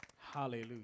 Hallelujah